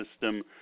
system